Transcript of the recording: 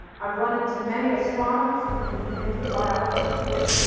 i have run into many astronomers who moved into the biology field.